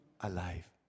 alive